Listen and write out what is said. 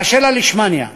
באשר ללישמניה,